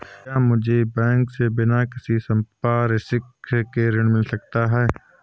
क्या मुझे बैंक से बिना किसी संपार्श्विक के ऋण मिल सकता है?